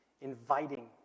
inviting